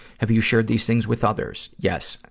have you shared these things with others? yes.